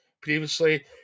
previously